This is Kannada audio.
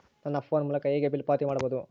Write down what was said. ನನ್ನ ಫೋನ್ ಮೂಲಕ ಹೇಗೆ ಬಿಲ್ ಪಾವತಿ ಮಾಡಬಹುದು?